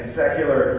secular